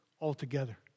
altogether